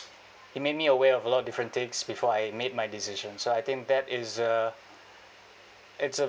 he made me aware of a lot of different things before I made my decision so I think that is a it's a